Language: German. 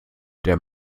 der